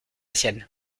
sienne